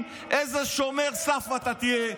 אתה לא תאמין איזה שומר סף אתה תהיה,